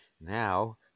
Now